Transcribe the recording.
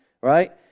right